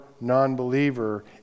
non-believer